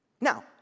Now